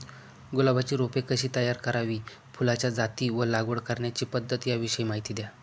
गुलाबाची रोपे कशी तयार करावी? फुलाच्या जाती व लागवड करण्याची पद्धत याविषयी माहिती द्या